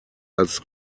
als